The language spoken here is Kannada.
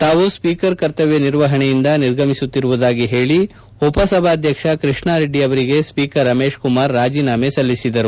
ತಾವು ಸ್ಪೀಕರ್ ಕರ್ತವ್ಯ ನಿರ್ವಹಣೆಯಿಂದ ನಿರ್ಗಮಿಸುತ್ತಿರುವುದಾಗಿ ಹೇಳಿ ಉಪಸಭಾಧ್ವಕ್ಷ ಕೃಷ್ಣಾರೆಡ್ಡಿ ಅವರಿಗೆ ಸ್ವೀಕರ್ ರಮೇಶ್ ಕುಮಾರ್ ರಾಜೇನಾಮೆ ಸಲ್ಲಿಸಿದರು